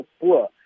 poor